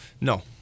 No